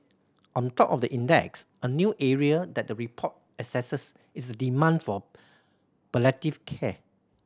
on top of the index a new area that the report assesses is the demand for palliative care